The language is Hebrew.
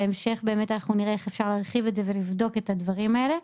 בהמשך אנחנו נראה איך אפשר להרחיב את זה ולבדוק את הדברים האלה,